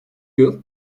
yıl